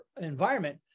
environment